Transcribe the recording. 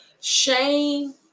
shame